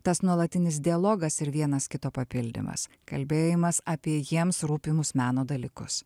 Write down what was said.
tas nuolatinis dialogas ir vienas kito papildymas kalbėjimas apie jiems rūpimus meno dalykus